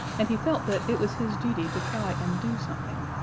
and he felt that it was his duty to try and do something.